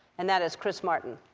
and that is chris martin.